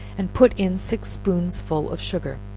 and put in six spoonsful of sugar,